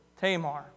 Tamar